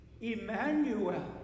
Emmanuel